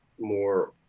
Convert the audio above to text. more